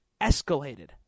escalated